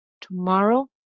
Tomorrow